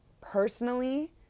personally